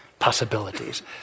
possibilities